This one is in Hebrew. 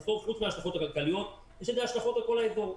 בסוף חוץ מההשלכות הכלכליות יש לזה השלכות על כל האזור.